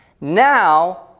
Now